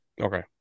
Okay